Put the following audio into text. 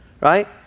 right